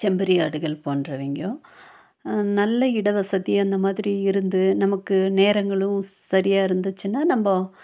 செம்மறி ஆடுகள் போன்றவைங்க நல்ல இடவசதி அந்த மாதிரி இருந்து நமக்கு நேரங்களும் சரியாக இருந்துச்சுன்னால் நம்ம